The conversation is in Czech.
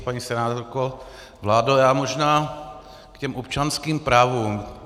Paní senátorko, vládo, já možná k těm občanským právům.